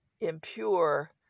impure